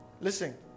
Listen